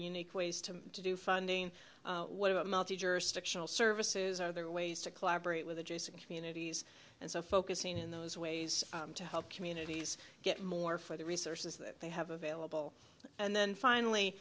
unique ways to do funding what about multi jurisdictional services are there ways to collaborate with adjacent communities and so focusing in those ways to help communities get more for the resources that they have available and then finally